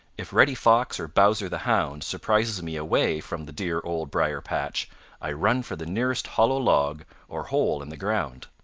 if reddy fox or bowser the hound surprises me away from the dear old briar-patch i run for the nearest hollow log or hole in the ground.